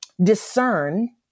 discern